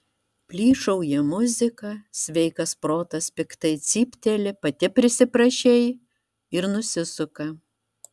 plyšauja muzika sveikas protas piktai cypteli pati prisiprašei ir nusisuka